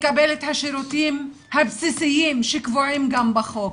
לקבל את השירותים הבסיסיים שקבועים גם בחוק?